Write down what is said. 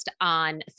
on